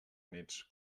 néts